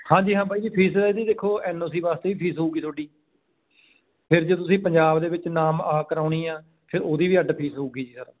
ਹਾਂਜੀ ਹਾਂ ਬਾਈ ਜੀ ਫੀਸ ਇਹਦੀ ਦੇਖੋ ਐੱਨ ਓ ਸੀ ਵਾਸਤੇ ਵੀ ਫੀਸ ਹੋਊਗੀ ਤੁਹਾਡੀ ਫਿਰ ਜੇ ਤੁਸੀਂ ਪੰਜਾਬ ਦੇ ਵਿੱਚ ਨਾਮ ਆ ਕਰਾਉਣੀ ਆ ਫਿਰ ਉਹਦੀ ਵੀ ਅੱਡ ਫੀਸ ਹੋਊਗੀ ਜੀ ਸਰ